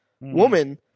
woman